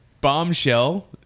bombshell